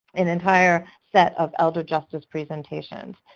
an entire set of elder justice presentations.